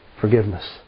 forgiveness